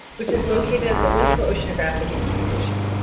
which is located at the woods hole oceanographic institution.